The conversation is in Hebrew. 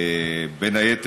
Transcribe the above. בין היתר,